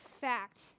fact